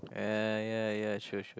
ya ya ya true true